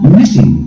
missing